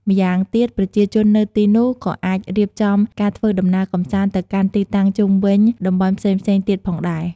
ម៉្យាងទៀតប្រជាជននៅទីនោះក៏អាចរៀបចំការធ្វើដំណើរកម្សាន្តទៅកាន់ទីតាំងជុំវិញតំបន់ផ្សេងៗទៀតផងដែរ។